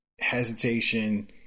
hesitation